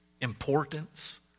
importance